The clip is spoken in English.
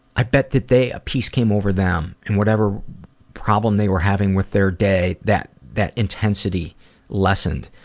i bet that they, a peace came over them and whatever problem they were having with their day, that that intensity lessened.